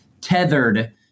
tethered